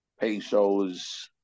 pesos